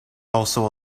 also